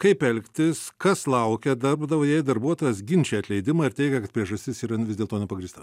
kaip elgtis kas laukia darbdavio jei darbuotojas ginčija atleidimą ir teigia kad priežastis yra vis dėlto nepagrįsta